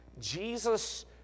Jesus